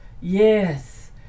Yes